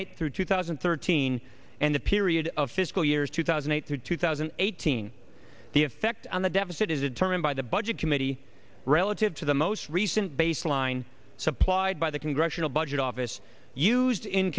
eight through two thousand and thirteen and a period of fiscal years two thousand eight hundred two thousand and eighteen the effect on the deficit is a determined by the budget committee relative to the most recent baseline supplied by the congressional budget office used in